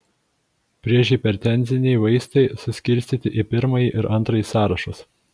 priešhipertenziniai vaistai suskirstyti į pirmąjį ir antrąjį sąrašus